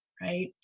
right